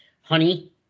Honey